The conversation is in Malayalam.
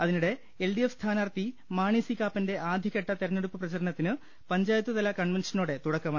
അതിനിടെ എൽഡിഎഫ് സ്ഥാനാർത്ഥി മാണി സി കാപ്പന്റെ ആദ്യഘട്ട തിരഞ്ഞെടുപ്പു പ്രചരണം പഞ്ചായത്തുതല കൺവെൻഷനോടെ തുടക്കമായി